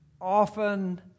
often